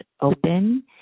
open